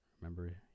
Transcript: Remember